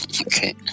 Okay